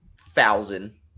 thousand